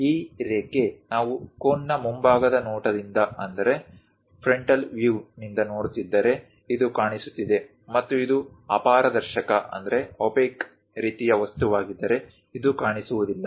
ಈ ರೇಖೆ ನಾವು ಕೋನ್ನ ಮುಂಭಾಗದ ನೋಟದಿಂದ ನೋಡುತ್ತಿದ್ದರೆ ಇದು ಕಾಣಿಸುತ್ತಿದೆ ಮತ್ತು ಇದು ಅಪಾರದರ್ಶಕ ರೀತಿಯ ವಸ್ತುವಾಗಿದ್ದರೆ ಇದು ಕಾಣಿಸುವುದಿಲ್ಲ